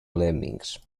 lemmings